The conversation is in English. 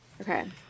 Okay